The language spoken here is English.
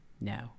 No